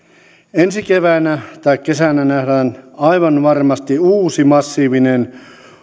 ensi keväänä tai kesänä nähdään aivan varmasti uusi massiivinen